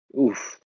Oof